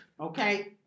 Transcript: okay